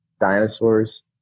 dinosaurs